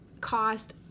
cost